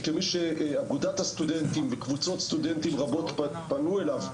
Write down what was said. וכמי שאגודת הסטודנטים וקבוצות סטודנטים רבות פנו אליו,